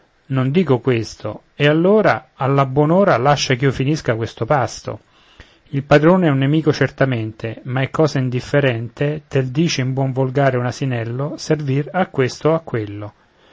non dico questo e allora alla buon'ora lascia ch'io lo finisca questo pasto il padrone è un nemico certamente ma è cosa indifferente tel dice in buon volgare un asinello servir a questo o a quello